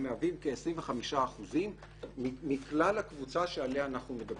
הם כ-25% מכלל הקבוצה שעליה אנחנו מדברים.